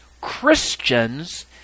Christians